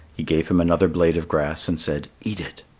he gave him another blade of grass, and said, eat it.